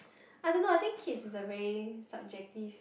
I don't know I think kids is a very subjective